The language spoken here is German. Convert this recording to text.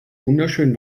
wunderschön